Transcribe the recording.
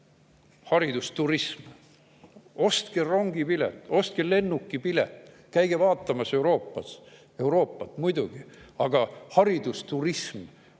haridusturism. Ostke rongipilet, ostke lennukipilet, käige vaatamas Euroopat – muidugi! Aga just haridusturism on